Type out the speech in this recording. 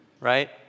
right